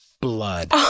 blood